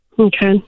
Okay